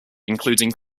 including